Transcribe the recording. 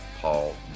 Paul